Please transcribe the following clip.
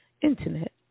internet